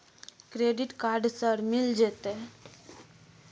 Credit card sir मिल जेतै?